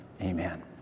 Amen